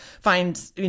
find